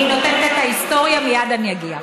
אני נותנת את ההיסטוריה, מייד אני אגיע.